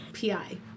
pi